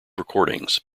recordings